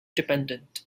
dependent